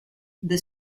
the